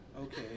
Okay